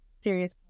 Serious